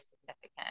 significant